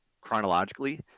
chronologically